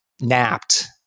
napped